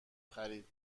خرید